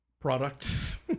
products